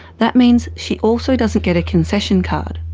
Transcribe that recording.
that means she also doesn't get a concession card.